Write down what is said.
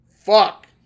fuck